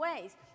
ways